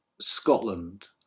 Scotland